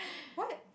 what